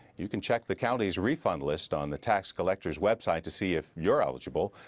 you can check the county's refunds list on the tax collector's web site to see if you're eligible.